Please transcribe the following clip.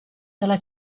dalla